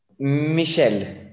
Michel